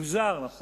מוזר, נכון?